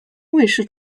卫视